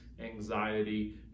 anxiety